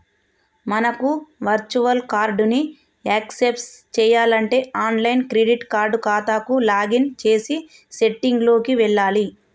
మనకు virtual card ని access చేయాలంటే ఆన్లైన్ క్రెడిట్ కార్డ్ ఖాతాకు లాగిన్ చేసి సెట్టింగ్ లోకి వెళ్లాలి